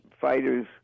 fighters